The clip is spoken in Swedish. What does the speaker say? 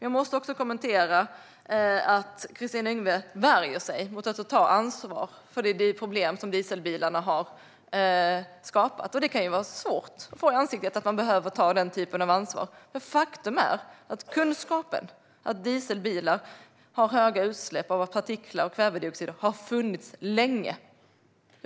Jag måste kommentera att Kristina Yngwe värjer sig mot att ta ansvar för de problem dieselbilarna har skapat. Det kan vara svårt att få i ansiktet att man behöver ta den typen av ansvar. Faktum är att kunskapen om att dieselbilar har höga utsläpp av partiklar och kvävedioxider har funnits länge.